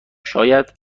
شاید